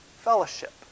fellowship